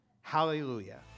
Hallelujah